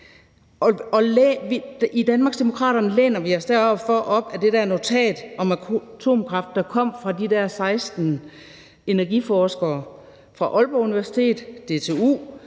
I Danmarksdemokraterne læner vi os derfor op ad det notat om atomkraft, der kom fra de 16 energiforskere fra Aalborg Universitet, DTU,